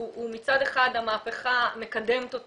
מצד אחד המהפכה מקדמת אותו